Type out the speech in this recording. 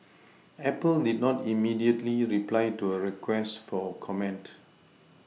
Apple did not immediately reply to a request for comment